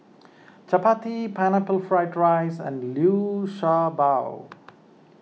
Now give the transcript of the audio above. Chappati Pineapple Fried Rice and Liu Sha Bao